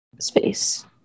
space